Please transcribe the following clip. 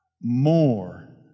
More